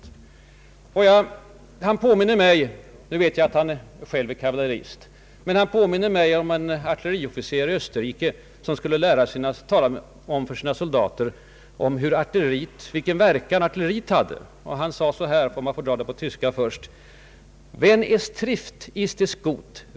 Jag vet att herr Palme är kavallerist, men han påminner mig om en artilleriofficer i Österrike som skulle tala om för sina soldater vilken verkan artilleriet hade. Han sade, om jag får dra det på tyska först: ”Wenn es trifft, ist es gut.